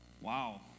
Wow